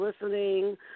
listening